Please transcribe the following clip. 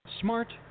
Smart